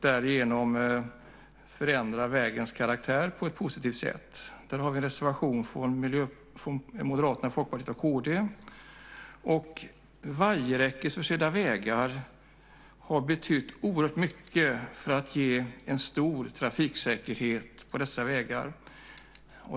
Därigenom förändrar man vägens karaktär på ett positivt sätt. Vajerförsedda vägar har betytt oerhört mycket för att öka trafiksäkerheten på dessa vägar.